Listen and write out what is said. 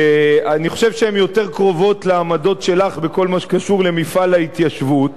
שאני חושב שהן יותר קרובות לעמדות שלך בכל מה שקשור למפעל ההתיישבות,